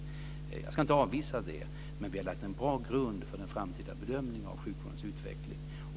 Jag ska inte avvisa det. Men vi har lagt en bra grund för en framtida bedömning av sjukvårdens utveckling.